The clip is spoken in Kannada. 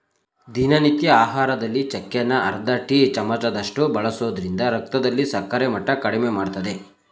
ದಿನನಿತ್ಯ ಆಹಾರದಲ್ಲಿ ಚಕ್ಕೆನ ಅರ್ಧ ಟೀ ಚಮಚದಷ್ಟು ಬಳಸೋದ್ರಿಂದ ರಕ್ತದಲ್ಲಿ ಸಕ್ಕರೆ ಮಟ್ಟ ಕಡಿಮೆಮಾಡ್ತದೆ